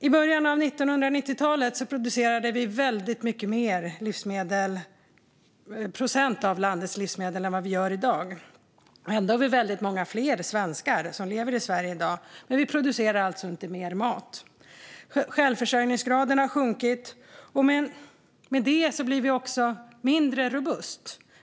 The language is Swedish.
I början av 1990-talet producerade vi väldigt många fler procent av landets livsmedel än vad vi gör i dag. Ändå är vi många fler svenskar i dag, men vi producerar alltså inte mer mat. Självförsörjningsgraden har sjunkit, och med det blir vi också mindre robusta.